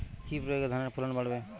কি প্রয়গে ধানের ফলন বাড়বে?